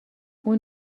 اون